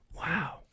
Wow